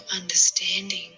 understanding